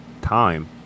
time